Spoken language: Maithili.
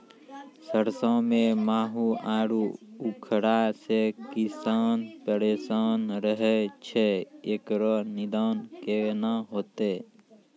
सरसों मे माहू आरु उखरा से किसान परेशान रहैय छैय, इकरो निदान केना होते?